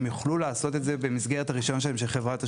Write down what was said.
הם יוכלו לעשות את זה במסגרת הרישיון שלהם של חברת תשלומים.